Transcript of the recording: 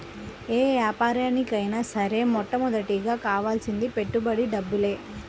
యే యాపారానికైనా సరే మొట్టమొదటగా కావాల్సింది పెట్టుబడి డబ్బులే